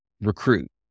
recruit